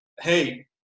Hey